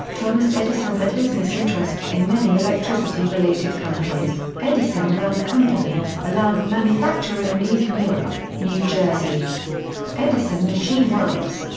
thomas edison had business interests in many electricity-related companies edison lamp company, a lamp manufacturer in east newark, new jersey edison machine works,